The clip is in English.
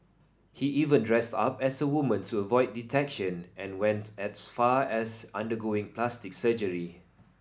he even dressed up as a woman to avoid detection and went as far as undergoing plastic surgery